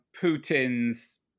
Putin's